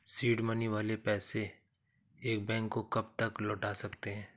Seed money वाले पैसे हम बैंक को कब तक लौटा सकते हैं?